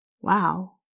Wow